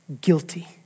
guilty